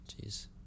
Jeez